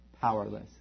Powerless